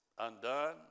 undone